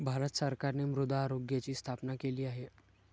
भारत सरकारने मृदा आरोग्याची स्थापना केली आहे